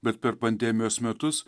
bet per pandemijos metus